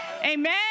Amen